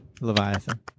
Leviathan